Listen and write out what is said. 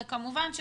אנחנו